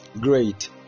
great